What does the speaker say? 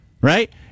right